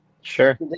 Sure